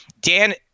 Dan